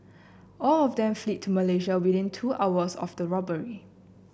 all of them fled to Malaysia within two hours of the robbery